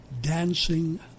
Dancing